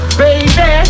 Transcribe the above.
baby